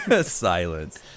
Silence